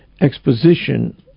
exposition